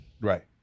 Right